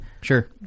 Sure